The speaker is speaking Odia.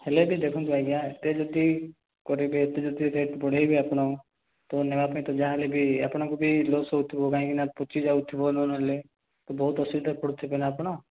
ହେଲେବି ଦେଖନ୍ତୁ ଆଜ୍ଞା ଏତେ ଯଦି କରିବେ ଏତେ ଯଦି ରେଟ୍ ବଢ଼େଇବେ ଆପଣ ତ ନେବାପାଇଁ ତ ଯାହା ହେଲେବି ଆପଣଙ୍କୁ ବି ଲସ୍ ହେଉଥିବ କାହିଁକିନା ପଚି ଯାଉଥିବ ନହେଲେ ବହୁତ ଅସୁବିଧାରେ ପଡ଼ୁଥିବେ ନା ଆପଣ